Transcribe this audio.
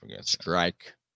strike